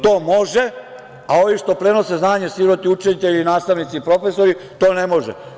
To može, a ovi što prenose znanje, siroti učitelji, nastavnici i profesori, to ne može.